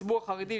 הציבור החרדי,